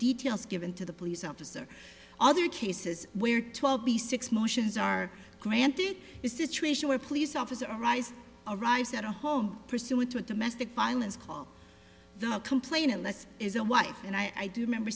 details given to the police officer other cases where twelve b six motions are granted a situation where police officer arise arrives at a home pursuant to a domestic violence call the complainant less is a wife and i do remember